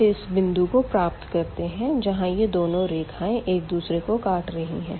अब इस बिंदु को प्राप्त करते है जहाँ ये दोनो रेखाएं एक दूसरे को काट रही है